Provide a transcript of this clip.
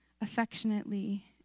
affectionately